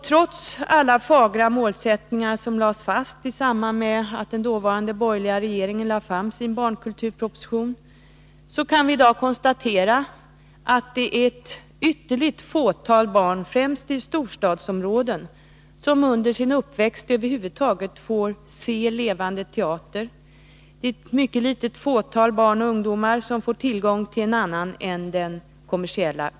Trots alla fagra målsättningar som lades fast i samband med att den dåvarande borgerliga regeringen lade fram sin barnkulturproposition, kan vi i dag konstatera att det är ett ytterst litet antal barn — främst i storstadsområdena — som under sin uppväxt över huvud taget får se levande teater. Det är också ett mycket litet antal barn och ungdomar som får tillgång till annan kultur än den kommersiella.